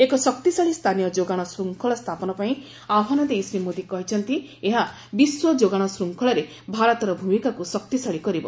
ଏକ ଶକ୍ତିଶାଳୀ ସ୍ଥାନୀୟ ଯୋଗାଣ ଶୃଙ୍ଖଳ ସ୍ଥାପନ ପାଇଁ ଆହ୍ୱାନ ଦେଇ ଶ୍ରୀ ମୋଦୀ କହିଛନ୍ତି ଏହା ବିଶ୍ୱ ଯୋଗାଣ ଶ୍ଦଙ୍ଖଳରେ ଭାରତର ଭୂମିକାକୁ ଶକ୍ତିଶାଳୀ କରିବ